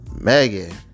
Megan